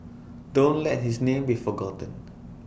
don't let his name be forgotten